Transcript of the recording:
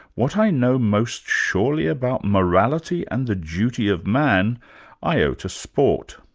what i know most surely about morality and the duty of man i owe to sport.